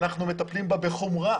אנחנו מטפלים בה בחומרה